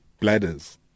bladders